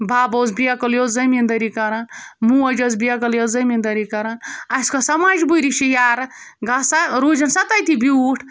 بَب اوس بیکٕل یہِ اوس زٔمیٖندٲری کَران موج ٲس بیکٕل یہِ ٲس زٔمیٖندٲری کَران اَسہِ کۄس سا مجبوٗری چھِ یارٕ گژھ سا روٗزۍ نہ سا تٔتھی بیوٗٹھ